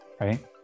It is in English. right